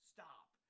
Stop